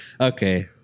Okay